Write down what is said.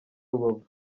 rubavu